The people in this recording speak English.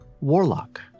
warlock